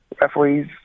referees